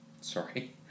Sorry